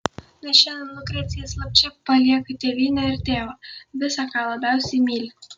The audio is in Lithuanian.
nes šiandien lukrecija slapčia palieka tėvynę ir tėvą visa ką labiausiai myli